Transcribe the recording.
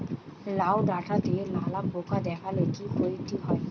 লাউ ডাটাতে লালা পোকা দেখালে কি ক্ষতি হয়?